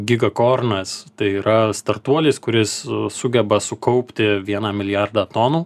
giga kornas tai yra startuolis kuris sugeba sukaupti vieną milijardą tonų